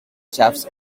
shafts